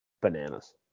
bananas